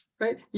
right